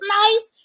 nice